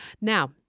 Now